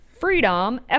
Freedom